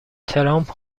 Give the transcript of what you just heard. ترامپ